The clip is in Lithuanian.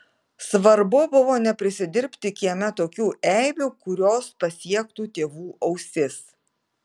svarbu buvo neprisidirbti kieme tokių eibių kurios pasiektų tėvų ausis